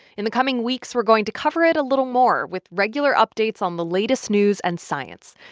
in the coming weeks, we're going to cover it a little more, with regular updates on the latest news and science.